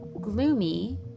gloomy